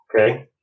okay